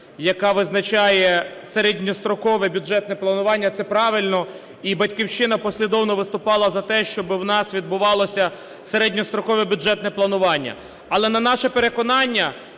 яка визначає середньострокове бюджетне планування. Це правильно. І "Батьківщина" послідовно виступала за те, щоб у нас відбувалося середньострокове бюджетне планування. Але, на наше переконання,